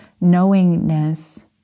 knowingness